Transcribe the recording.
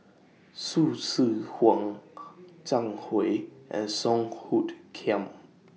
Hsu Tse Kwang Zhang Hui and Song Hoot Kiam